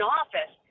office